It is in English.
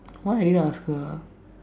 why I need to ask her ah